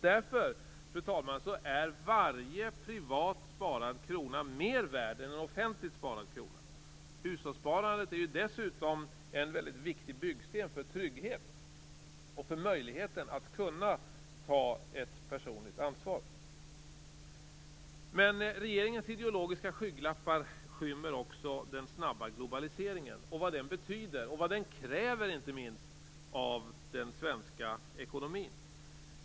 Därför, fru talman, är varje privat sparad krona mer värd än en offentligt sparad krona. Hushållssparandet är dessutom en mycket viktig byggsten för trygghet och möjligheten att ta ett personligt ansvar. Regeringens ideologiska skygglappar skymmer också den snabba globaliseringen och vad den betyder och inte minst kräver av den svenska ekonomin.